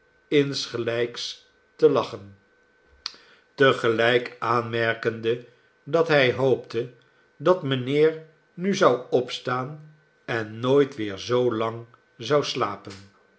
insgelijks te lachen te gelijk aanmerkende dat hij hoopte dat mijnheer nu zou opstaan en nooit weer zoo lang zou slapen